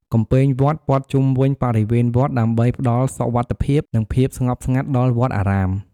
កំពែងវត្តព័ទ្ធជុំវិញបរិវេណវត្តដើម្បីផ្តល់សុវត្ថិភាព និងភាពស្ងប់ស្ងាត់ដល់វត្តអារាម។